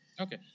Okay